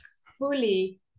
fully